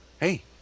hey